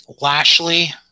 Lashley